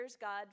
God